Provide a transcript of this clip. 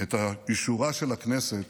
את אישורה של הכנסת